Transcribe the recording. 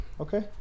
Okay